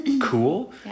cool